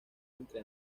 entre